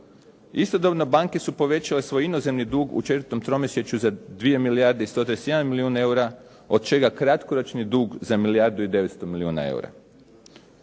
Istodobno banke su povećale svoj inozemni dug u četvrtom tromjesečju za 2 milijarde i 131 milijun eura od čega kratkoročni dug za milijardu i 900 milijuna eura.